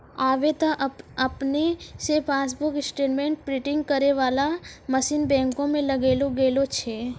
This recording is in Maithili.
आबे त आपने से पासबुक स्टेटमेंट प्रिंटिंग करै बाला मशीन बैंको मे लगैलो गेलो छै